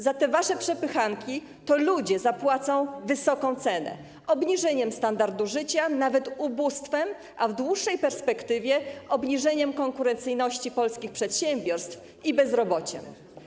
Za te wasze przepychanki ludzie zapłacą wysoką cenę, jaką jest obniżenie standardu życia, a nawet ubóstwo, a w dłuższej perspektywie - obniżenie konkurencyjności polskich przedsiębiorstw i bezrobocie.